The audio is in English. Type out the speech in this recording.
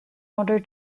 order